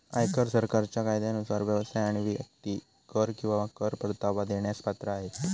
आयकर सरकारच्या कायद्यानुसार व्यवसाय आणि व्यक्ती कर किंवा कर परतावा देण्यास पात्र आहेत